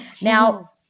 Now